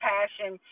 Passion